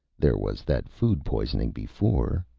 there was that food poisoning before,